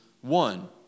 one